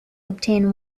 obtain